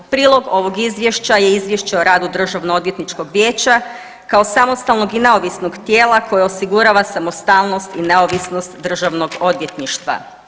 Prilog ovog izvješća je izvješće o radu Državno odvjetničkog vijeća kao samostalnog i neovisnog tijela koje osigurava samostalnost i neovisnost državnog odvjetništva.